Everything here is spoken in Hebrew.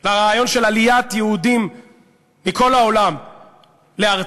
לרעיון של עליית יהודים מכל העולם לארצם,